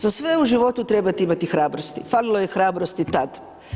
Za sve u životu trebate imati hrabrosti, falilo je hrabrosti tad.